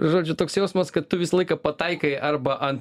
žodžiu toks jausmas kad tu visą laiką pataikai arba ant